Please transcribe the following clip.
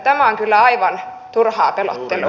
tämä on kyllä aivan turhaa pelottelua